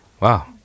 Wow